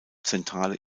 zentrale